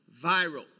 viral